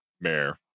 mayor